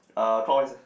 uh clockwise ya